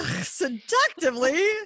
Seductively